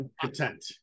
content